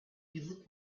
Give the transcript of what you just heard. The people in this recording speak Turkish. yıllık